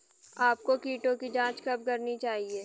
आपको कीटों की जांच कब करनी चाहिए?